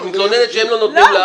את מתלוננת שהם לא נותנים לך.